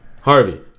Harvey